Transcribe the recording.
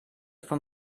vom